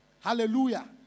Hallelujah